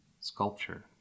sculpture